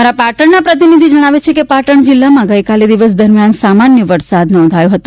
અમારા પાટણના પ્રતિનિધિ જણાવે છે કે પાટણ જિલ્લામાં ગઈકાલે દિવસ દરમિયાન સામાન્ય વરસાદ જ નોંધાયો હતો